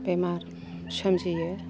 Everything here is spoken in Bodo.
बेमार सोमजियो